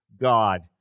God